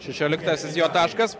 šešioliktasis jo taškas